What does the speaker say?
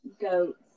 goats